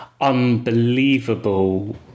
unbelievable